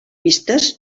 vistes